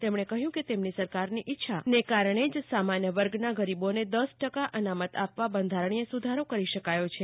તેમણે કહ્યું કે તેમની સરકારની ઇચ્છા શક્તિના કારણે જ સામાન્ય વર્ગના ગરીબોને દસ ટકા અનામત આપવા બંધારણીય સુધારો કરી શકાયો છે